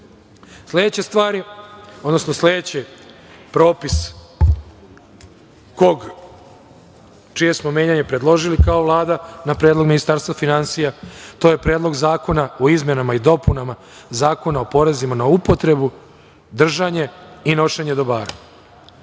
stvar je, odnosno sledeći propis čije smo menjanje predložili kao Vlada na predlog Ministarstva finansija, to je Predlog zakona o izmenama i dopunama Zakona o porezima na upotrebu, držanje i nošenje dobara. Ja